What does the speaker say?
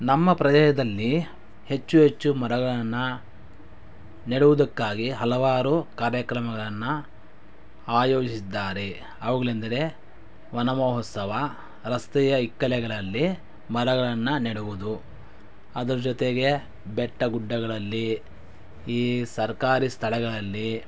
ನಮ್ಮ ಪ್ರದೇಶದಲ್ಲಿ ಹೆಚ್ಚು ಹೆಚ್ಚು ಮರಗಳನ್ನು ನೆಡುವುದಕ್ಕಾಗಿ ಹಲವಾರು ಕಾರ್ಯಕ್ರಮಗಳನ್ನು ಆಯೋಜಿಸಿದ್ದಾರೆ ಅವುಗಳೆಂದರೆ ವನಮಹೋತ್ಸವ ರಸ್ತೆಯ ಇಕ್ಕೆಲಗಳಲ್ಲಿ ಮರಗಳನ್ನು ನೆಡುವುದು ಅದರ ಜೊತೆಗೆ ಬೆಟ್ಟ ಗುಡ್ಡಗಳಲ್ಲಿ ಈ ಸರ್ಕಾರಿ ಸ್ಥಳಗಳಲ್ಲಿ